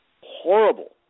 horrible